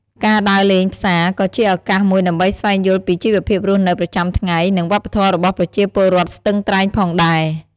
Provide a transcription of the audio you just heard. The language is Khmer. ការដើរលេងផ្សារក៏ជាឱកាសមួយដើម្បីស្វែងយល់ពីជីវភាពរស់នៅប្រចាំថ្ងៃ និងវប្បធម៌របស់ប្រជាពលរដ្ឋស្ទឹងត្រែងផងដែរ។